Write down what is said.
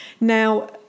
Now